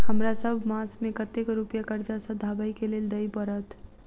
हमरा सब मास मे कतेक रुपया कर्जा सधाबई केँ लेल दइ पड़त?